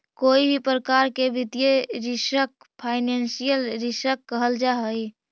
कोई भी प्रकार के वित्तीय रिस्क फाइनेंशियल रिस्क कहल जा हई